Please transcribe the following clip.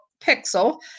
pixel